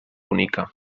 bonica